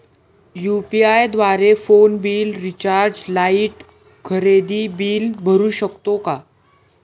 UPI द्वारे phone bill, recharge, light, खरेदी bill भरू शकतो का?